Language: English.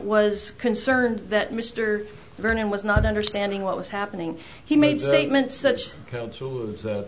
was concerned that mr vernon was not understanding what was happening he made s